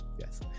yes